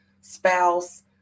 spouse